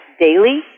daily